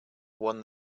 one